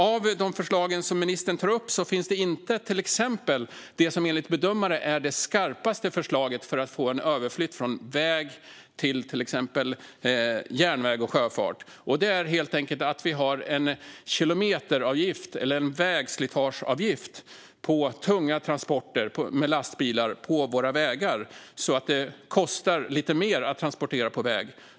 Av de förslag som ministern tar upp finns inte till exempel det som enligt bedömare är det skarpaste förslaget för att få en överflytt från väg till exempelvis järnväg och sjöfart, nämligen att det finns en kilometeravgift eller vägslitageavgift på tunga transporter med lastbilar på våra vägar så att det kostar lite mer att transportera på väg.